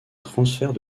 transfert